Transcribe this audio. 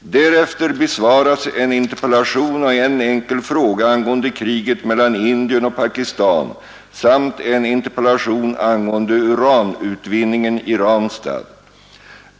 Därefter besvaras en interpellation och en enkel fråga angående kriget mellan Indien och Pakistan samt en interpellation angående uranutvinningen i Ranstad.